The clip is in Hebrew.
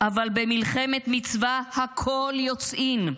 אבל במלחמת מצווה הכול יוצאין,